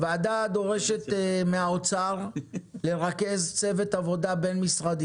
הוועדה דורשת מהאוצר לרכז צוות עבודה בין-משרדי